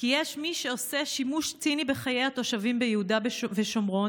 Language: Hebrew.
כי יש מי שעושה שימוש ציני בחיי התושבים ביהודה ושומרון